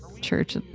church